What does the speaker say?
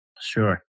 Sure